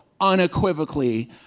unequivocally